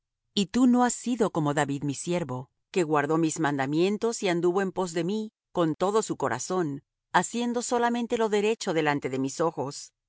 y tú no has sido como david mi siervo que guardó mis mandamientos y anduvo en pos de mí con todo su corazón haciendo solamente lo derecho delante de mis ojos